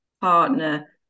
partner